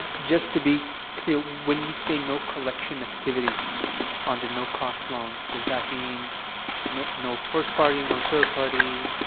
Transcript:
just to be clear, when you say no collection activity on the no-cost loans, does that mean no no first party, no third party,